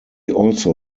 also